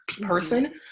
person